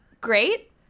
great